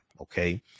Okay